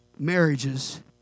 Marriages